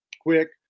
Quick